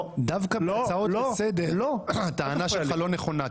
דווקא בהצעות לסדר הטענה שלך לא נכונה -- לא,